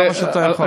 כמה שאתה יכול.